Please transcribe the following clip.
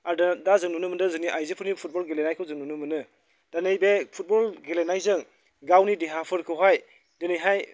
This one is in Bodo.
आरो दा जों नुनो मोन्दों जोंनि आइजोफोरनि फुटबल गेलेनायखौ जों नुनो मोनो दिनै बे फुटबल गेलेनायजों गावनि देहाफोरखौहाय दिनैहाय